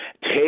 Take